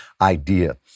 idea